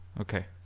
Okay